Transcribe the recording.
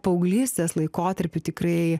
paauglystės laikotarpiu tikrai